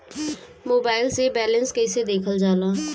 Mobile से balance कइसे देखल जाला?